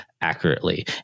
accurately